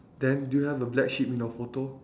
then do you have a black sheep in your photo